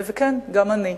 וכן, גם אני.